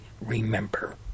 remember